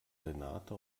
renate